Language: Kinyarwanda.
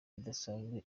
idasanzwe